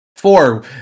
Four